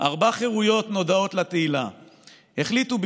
"ארבע חירויות נודעות לתהילה / החליטו,